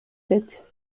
sept